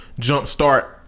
jumpstart